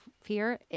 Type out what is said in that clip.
fear